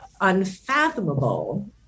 unfathomable